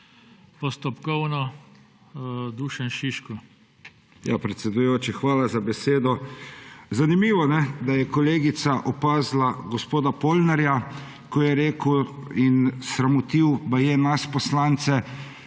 Postopkovno, Dušan Šiško.